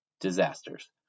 disasters